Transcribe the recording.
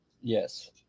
Yes